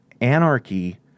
Anarchy